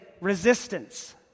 resistance